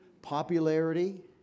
popularity